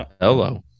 Hello